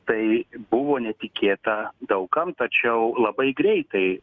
tai buvo netikėta daug kam tačiau labai greitai